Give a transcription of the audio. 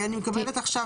אני מקבלת עכשיו